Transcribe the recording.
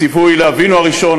ציווי לאבינו הראשון,